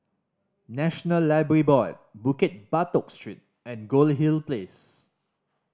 National Library Board Bukit Batok Street and Goldhill Place